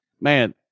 man